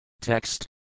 TEXT